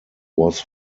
was